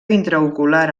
intraocular